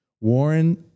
Warren